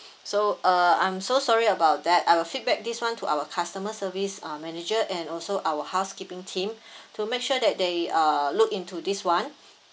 so uh I'm so sorry about that I'll feedback this one to our customer service uh manager and also our housekeeping team to make sure that they uh look into this one